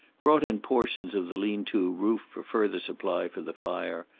brought in portions of the lean-to roof for further supply for the fire,